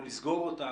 או לסגור אותה,